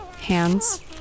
hands